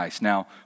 Now